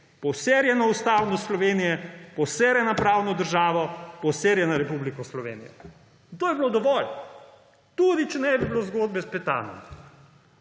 poserje na ustavnost Slovenije, poserje na pravno državo, poserje na Republiko Slovenijo. To je bilo dovolj! Tudi če ne bi bilo zgodbe s Petanom,